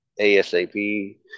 ASAP